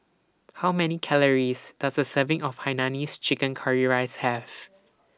How Many Calories Does A Serving of Hainanese Curry Rice Have